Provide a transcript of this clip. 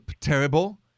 terrible